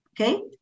okay